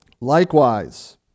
likewise